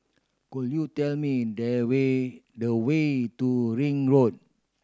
could you tell me the way the way to Ring Road